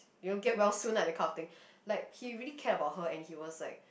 you know get well soon ah that kind of thing like he really cared about her and he was like